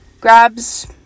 Grabs